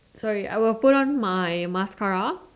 sorry I will put on my mascara